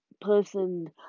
person